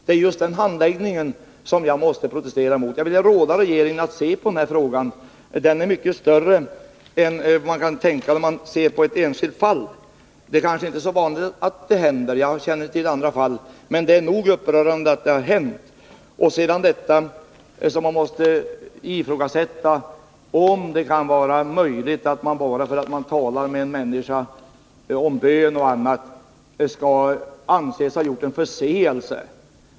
Det är just den handläggningen som jag måste protestera mot. Jag vill råda regeringen att se på denna fråga. Den är mycket större än vad man kan tänka när man ser på ett enskilt fall. Det kanske inte är så vanligt att sådant här händer — jag känner inte till andra fall — men det är upprörande nog att det har hänt. Det som måste ifrågasättas är om man, bara för att man talar med en människa om bön och annat, skall anses ha gjort sig skyldig till en förseelse.